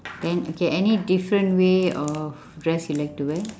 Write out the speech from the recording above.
then okay any different way of dress you like to wear